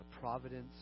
providence